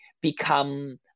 become